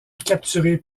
capturé